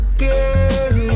girl